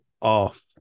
off